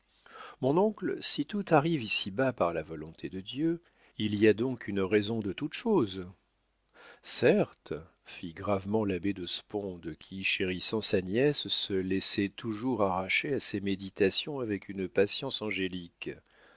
mon oncle si tout arrive ici-bas par la volonté de dieu il y a donc une raison de toute chose certes fit gravement l'abbé de sponde qui chérissant sa nièce se laissait toujours arracher à ses méditations avec une patience angélique